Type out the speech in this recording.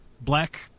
black